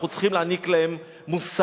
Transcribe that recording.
אנחנו צריכים להעניק להם מוסר,